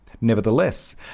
Nevertheless